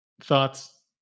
thoughts